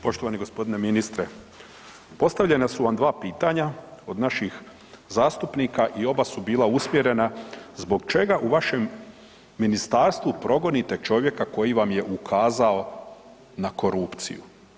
Poštovani g. ministre, postavljena su vam dva pitanja od naših zastupnika i oba su bila usmjerena zbog čega u vašem ministarstvu progonite čovjeka koji vam je ukazao na korupciju?